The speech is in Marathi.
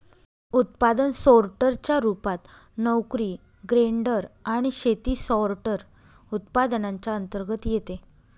उत्पादन सोर्टर च्या रूपात, नोकरी ग्रेडर आणि शेती सॉर्टर, उत्पादनांच्या अंतर्गत येते